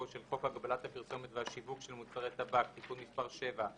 של חוק הגבלת הפרסומת והשיווק של מוצרי טבק (תיקון מס' 7),